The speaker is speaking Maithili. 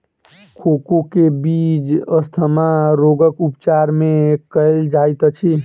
कोको के बीज अस्थमा रोगक उपचार मे कयल जाइत अछि